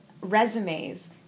resumes